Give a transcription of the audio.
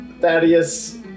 Thaddeus